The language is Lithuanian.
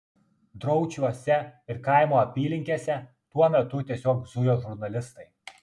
draučiuose ir kaimo apylinkėse tuo metu tiesiog zujo žurnalistai